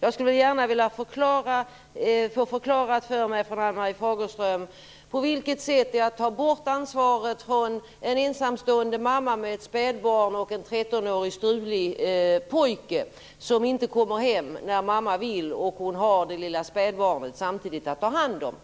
Då skulle jag gärna vilja att Ann-Marie Fagerström förklarade en sak för mig. Vi tänker oss en ensamstående mamma med ett spädbarn och en 13-årig strulig pojke som inte kommer hem när mamma vill, samtidigt som hon alltså har det lilla spädbarnet att ta hand om.